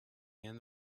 end